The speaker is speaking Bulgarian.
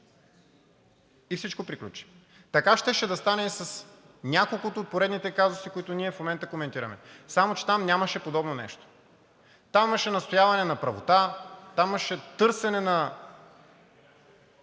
и всичко приключи. Така щеше да стане и с няколкото от поредните казуси, които ние в момента коментираме, само че там нямаше подобно нещо – там имаше настояване на правота, там имаше търсене на